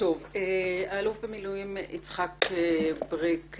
האלוף במילואים יצחק בריק,